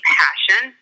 passion